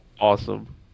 awesome